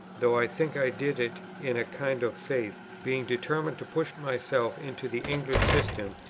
though i think i did it in a kind of faith, being determined to put myself into the english system,